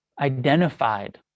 identified